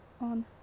on